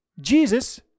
Jesus